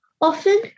often